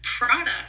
product